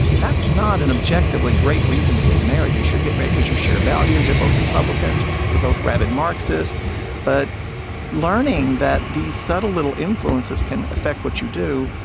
that's not an objectively great reason to get married. you should get married because you share values. you're both republicans. you're both rabid marxists but learning that these subtle little influences can affect what you do,